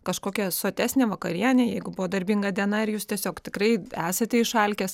kažkokia sotesnė vakarienė jeigu buvo darbinga diena ir jūs tiesiog tikrai esate išalkęs